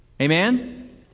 Amen